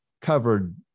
covered